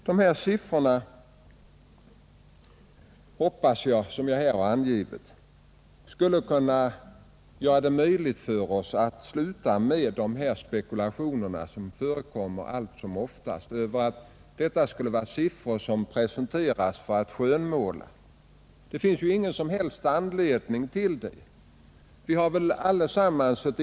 De siffror som jag här har angivit hoppas jag skall göra slut på de spekulationer som allt som oftast förekommer om att vi skulle försöka skönmåla läget. Det finns ingen anledning för oss att göra det.